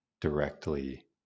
directly